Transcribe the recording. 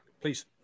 Please